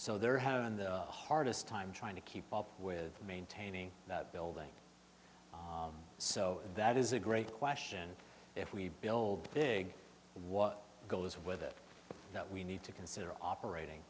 so there have been the hardest time trying to keep up with maintaining that building so that is a great question if we build big what goes with it that we need to consider operating